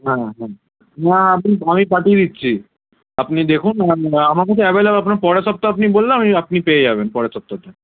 হ্যাঁ হ্যাঁ না আপনি আমি পাঠিয়ে দিচ্ছি আপনি দেখুন আমাকে তো অ্যাভেলেভেল আপনার পরের সপ্তাহ আপনি বললে ওই আপনি পেয়ে যাবেন পরের সপ্তাহটা